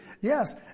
yes